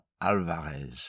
Alvarez